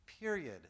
period